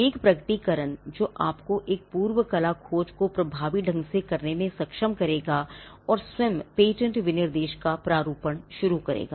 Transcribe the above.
एक प्रकटीकरण जो आपको एक पूर्व कला खोज को प्रभावी ढंग से करने में सक्षम करेगा और स्वयं पेटेंट विनिर्देशन का प्रारूपण शुरू करेगा